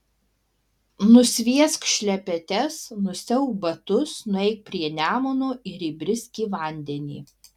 nusviesk šlepetes nusiauk batus nueik prie nemuno ir įbrisk į vandenį